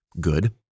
good